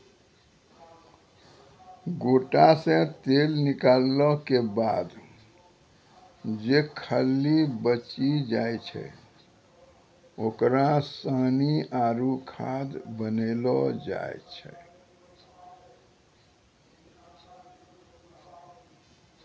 गोटा से तेल निकालो के बाद जे खल्ली बची जाय छै ओकरा सानी आरु खाद बनैलो जाय छै